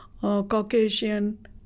Caucasian